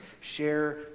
Share